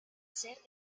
ser